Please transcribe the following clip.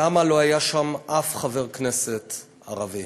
למה לא היה שם אף חבר כנסת ערבי?